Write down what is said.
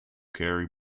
carry